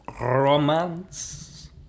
romance